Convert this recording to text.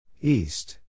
East